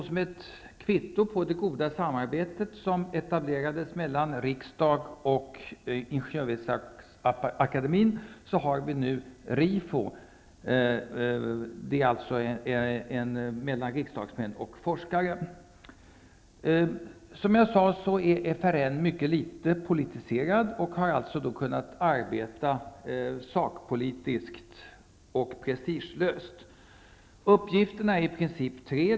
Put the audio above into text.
Som ett kvitto på det goda samarbete som etablerades mellan riksdagen och Ingenjörsvetenskapsakademien har vi nu RIFO, ett organ för kontakt mellan riksdagsmän och forskare. Som jag tidigare sade är FRN mycket litet politiserat och har alltså kunnat arbeta sakpolitiskt och prestigelöst. Uppgifterna är i princip tre.